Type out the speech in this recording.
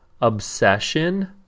obsession